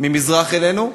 ממזרח לנו,